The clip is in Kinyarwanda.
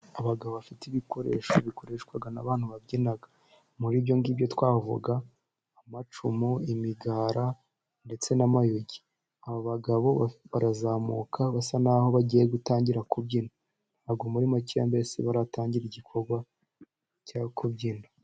Abagabo bafite ibikoresho bikoreshwa n'abantu babyina muri byo ngibyo twavuga amacumu, imigara ndetse n'amayugi, aba bagabo barazamuka basa naho bagiye gutangira kubyina, ntabwo muri make mbese baratangira igikorwa cyo kubyina.